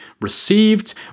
received